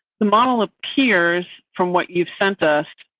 the model appears from what you've sent us.